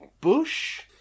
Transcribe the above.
bush